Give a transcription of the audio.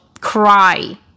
cry